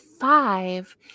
five